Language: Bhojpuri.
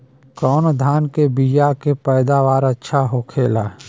कवन धान के बीया के पैदावार अच्छा होखेला?